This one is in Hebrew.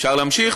אפשר להמשיך?